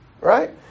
right